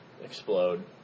explode